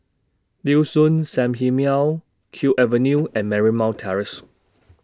Liuxun Sanhemiao Kew Avenue and Marymount Terrace